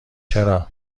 چرا